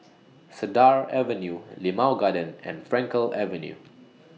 Cedar Avenue Limau Garden and Frankel Avenue